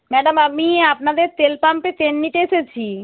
madam আমি আপনাদের তেল পাম্পে তেল নিতে এসেছি